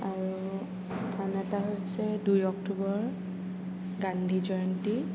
আৰু আন এটা হৈছে দুই অক্টোবৰ গান্ধী জয়ন্তী